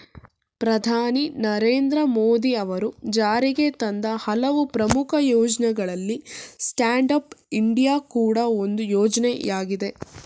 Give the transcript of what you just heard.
ಪ್ರಧಾನಿ ನರೇಂದ್ರ ಮೋದಿ ಅವರು ಜಾರಿಗೆತಂದ ಹಲವು ಪ್ರಮುಖ ಯೋಜ್ನಗಳಲ್ಲಿ ಸ್ಟ್ಯಾಂಡ್ ಅಪ್ ಇಂಡಿಯಾ ಕೂಡ ಒಂದು ಯೋಜ್ನಯಾಗಿದೆ